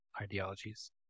ideologies